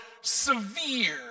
severe